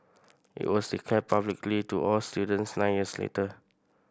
it was declared publicly to all students nine years later